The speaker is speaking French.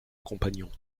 compagnon